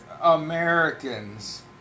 Americans